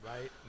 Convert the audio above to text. right